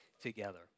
together